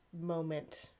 moment